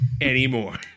anymore